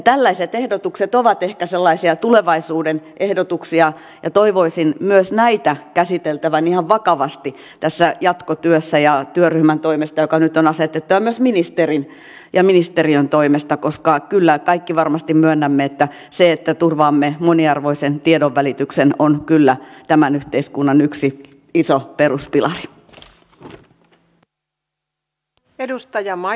tällaiset ehdotukset ovat ehkä sellaisia tulevaisuuden ehdotuksia ja toivoisin myös näitä käsiteltävän ihan vakavasti tässä jatkotyössä ja työryhmän toimesta joka nyt on asetettu ja myös ministerin ja ministeriön toimesta koska kaikki varmasti myönnämme että se että turvaamme moniarvoisen tiedonvälityksen on kyllä tämän yhteiskunnan yksi iso peruspilari